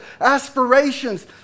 aspirations